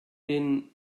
den